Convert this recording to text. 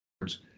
words